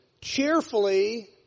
cheerfully